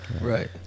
Right